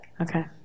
Okay